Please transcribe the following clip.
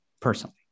personally